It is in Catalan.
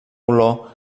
olor